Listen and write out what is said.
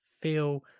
feel